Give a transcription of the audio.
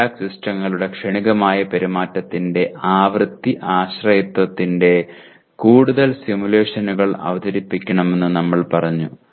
feedback സിസ്റ്റങ്ങളുടെ ക്ഷണികമായ പെരുമാറ്റത്തിന്റെ ആവൃത്തി ആശ്രയത്വത്തിന്റെ കൂടുതൽ സിമുലേഷനുകൾ അവതരിപ്പിക്കണമെന്ന് നമ്മൾ പറഞ്ഞു